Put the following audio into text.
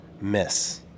miss